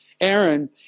Aaron